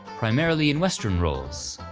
primarily in western roles.